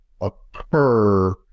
occur